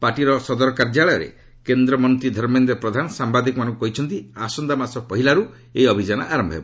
ପାର୍ଟିର ସଦର କାର୍ଯ୍ୟାଳୟରେ କେନ୍ଦ୍ରମନ୍ତ୍ରୀ ଧର୍ମେନ୍ଦ୍ର ପ୍ରଧାନ ସାୟାଦିକମାନଙ୍କୁ କହିଛନ୍ତି ଆସନ୍ତାମାସ ପହିଲାରୁ ଏହି ଅଭିଯାନ ଆରମ୍ଭ ହେବ